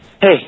hey